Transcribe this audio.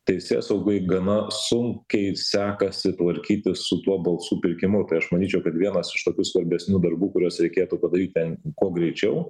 teisėsaugai gana sunkiai sekasi tvarkytis su tuo balsų pirkimu tai aš manyčiau kad vienas iš tokių svarbesnių darbų kuriuos reikėtų padaryt ten kuo greičiau